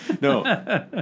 No